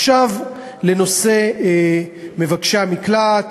עכשיו לנושא מבקשי המקלט,